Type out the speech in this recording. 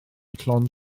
llond